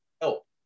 help